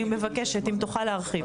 בבקשה תרחיב.